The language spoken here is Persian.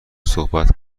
صحبت